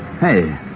Hey